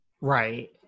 Right